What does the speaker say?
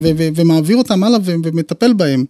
ומעביר אותם עליו ומטפל בהם.